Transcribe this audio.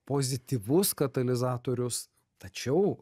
pozityvus katalizatorius tačiau